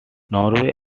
oil